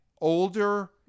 older